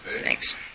Thanks